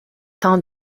tant